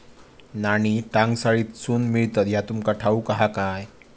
नाणी टांकसाळीतसून मिळतत ह्या तुमका ठाऊक हा काय